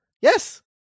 yes